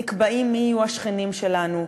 נקבע מי יהיו השכנים שלנו,